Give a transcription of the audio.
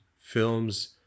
films